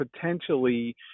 potentially